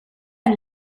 and